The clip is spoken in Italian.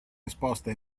esposte